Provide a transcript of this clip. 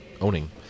owning